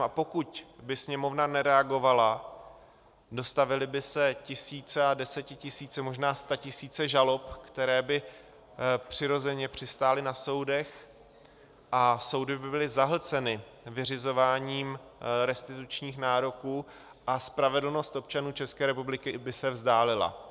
A pokud by Sněmovna nereagovala, dostavily by se tisíce a desetitisíce, možná statisíce žalob, které by přirozeně přistály na soudech, a soudy by byly zahlceny vyřizováním restitučních nároků a spravedlnost občanů České republiky by se vzdálila.